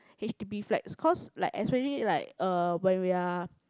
H_D_B flats cause like especially like uh when we are